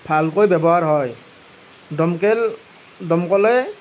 ভালকৈ ব্যৱহাৰ হয় দমকেল দমকলেই